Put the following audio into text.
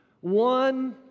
One